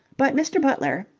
but mr. butler,